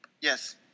Yes